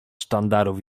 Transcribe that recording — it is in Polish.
sztandarów